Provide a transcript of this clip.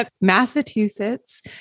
Massachusetts